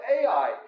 Ai